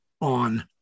on